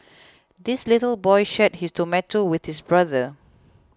the little boy shared his tomato with his brother